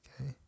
Okay